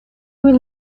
will